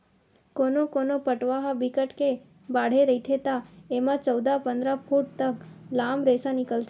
कोनो कोनो पटवा ह बिकट के बाड़हे रहिथे त एमा चउदा, पंदरा फूट तक लाम रेसा निकलथे